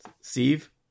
Steve